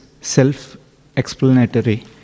self-explanatory